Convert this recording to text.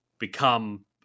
become